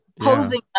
posing